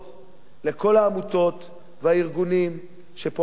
לכל העמותות והארגונים שפועלים לרווחת